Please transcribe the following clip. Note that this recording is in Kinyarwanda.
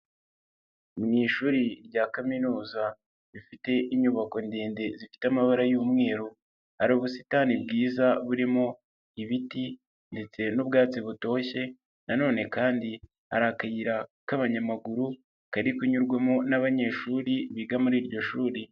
Mu ishuri rya kaminuza rifite inyubako ndende zifite amabara y'umweru, hari ubusitani bwiza burimo ibiti ndetse n'ubwatsi butoshye, na none kandi hari akayira k'abanyamaguru kari kunyurwamo n'abanyeshuri biga muri iryo shuri.